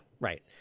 Right